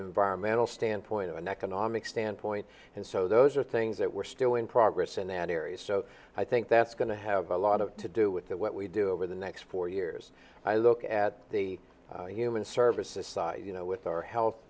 environmental standpoint an economic standpoint and so those are things that we're still in progress in that area so i think that's going to have a lot of to do with what we do over the next four years i look at the human services side you know with our health